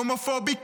הומופובי,